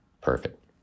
Perfect